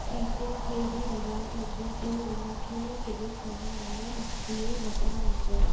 फिथे खे बि दबाई सघजे थो इनखे क्लिक करण लाइ ॿिए बटण वांगुर